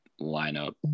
lineup